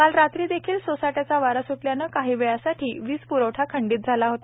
कालरात्रीदेखीलसोसाट्याचावारासुटल्यानेकाहीवेळासाठीवीजपुरवठाखंडितझालाहोता